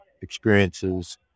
experiences